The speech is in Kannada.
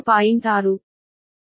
6